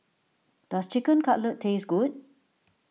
does Chicken Cutlet taste good